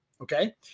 Okay